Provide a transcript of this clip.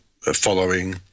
following